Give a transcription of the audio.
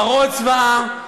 מראות זוועה,